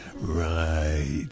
right